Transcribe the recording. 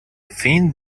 think